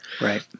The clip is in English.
Right